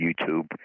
YouTube